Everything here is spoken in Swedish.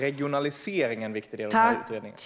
Regionalisering är alltså en viktig del i utredningen.